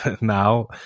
now